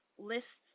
lists